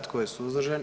Tko je suzdržan?